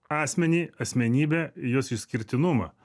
asmenį asmenybę jos išskirtinumą